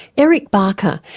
eric barker,